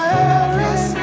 Paris